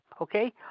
okay